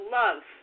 love